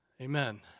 Amen